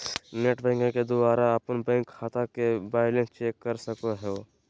net banking के द्वारा अपन बैंक खाता के बैलेंस चेक कर सको हो